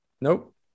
Nope